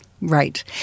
Right